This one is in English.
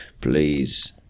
Please